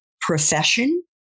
profession